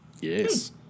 Yes